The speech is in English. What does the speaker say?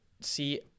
see